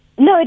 No